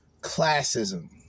classism